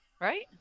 Right